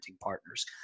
partners